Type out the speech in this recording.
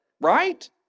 Right